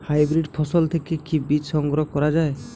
Hybrid ফসল থেকে কি বীজ সংগ্রহ করা য়ায়?